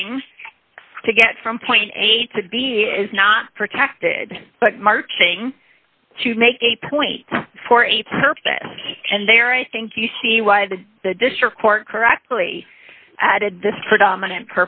marching to get from point a to b is not protected but marching to make a point for a purpose and there i think you see what the district court correctly added this predominant